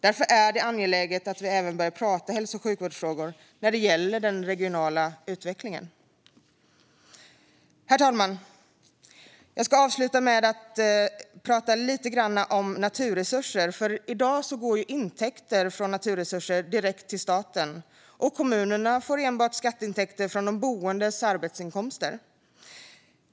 Därför är det angeläget att vi även börjar prata hälso och sjukvårdsfrågor när det gäller den regionala utvecklingen. Herr talman! Jag ska avsluta med att prata lite grann om naturresurser. I dag går intäkter från naturresurser direkt till staten, och kommunerna får enbart skatteintäkter från de boendes arbetsinkomster.